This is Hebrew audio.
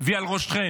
והיא על ראשכם.